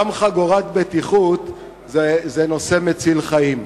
גם חגורת בטיחות זה נושא מציל חיים.